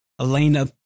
Elena